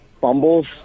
fumbles